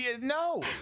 No